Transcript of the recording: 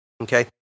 Okay